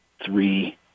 three